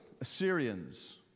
Assyrians